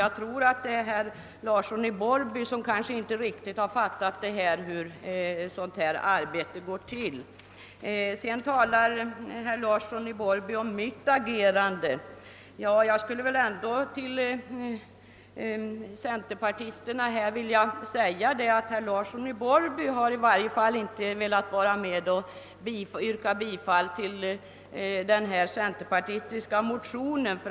Herr Larsson i Borrby har kanske inte riktigt förstått hur man förfar i sådana här fall. Vidare talar herr Larsson i Borrby om mitt agerande. Jag skulle till centerpartisterna vilja säga att herr Larsson i Borrby i varje fall inte har velat vara med om att yrka bifall till den centerpartistiska motionen.